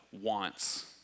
wants